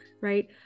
right